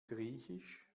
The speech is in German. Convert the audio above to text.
griechisch